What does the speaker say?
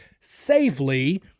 safely